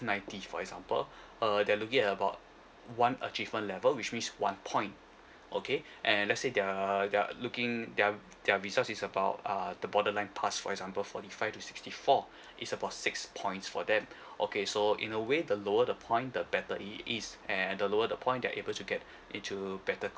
ninety for example uh they're looking at about one achievement level which means one point okay and let say their their looking their their results is about uh the borderline pass for example forty five to sixty four it's about six points for them okay so in a way the lower the point the better it is and the lower the point they're able to get into better